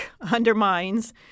undermines